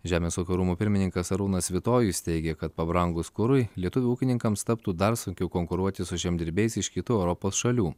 žemės ūkio rūmų pirmininkas arūnas svitojus teigė kad pabrangus kurui lietuvių ūkininkams taptų dar sunkiau konkuruoti su žemdirbiais iš kitų europos šalių